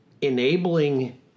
enabling